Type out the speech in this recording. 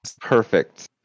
Perfect